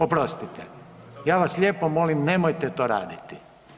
Oprostite, ja vas lijepo molim nemojte to raditi.